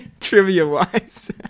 trivia-wise